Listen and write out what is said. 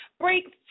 break